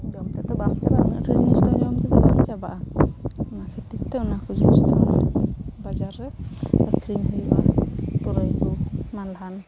ᱡᱚᱢᱛᱮᱫᱚ ᱵᱟᱢ ᱪᱟᱵᱟᱭᱟ ᱩᱱᱟᱹᱜᱴᱟᱜ ᱡᱤᱱᱤᱥᱫᱚ ᱡᱚᱢᱛᱮᱫᱚ ᱵᱟᱝ ᱪᱟᱵᱟᱜᱼᱟ ᱚᱱᱟ ᱠᱷᱟᱹᱛᱤᱨᱛᱮ ᱚᱱᱟᱠᱚ ᱡᱤᱱᱤᱥᱫᱚ ᱚᱱᱮ ᱵᱟᱡᱟᱨ ᱨᱮ ᱟᱹᱠᱷᱨᱤᱧ ᱦᱩᱭᱩᱜᱼᱟ ᱯᱩᱨᱟᱹᱭᱠᱚ ᱢᱟᱞᱦᱟᱱ